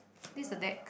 this a deck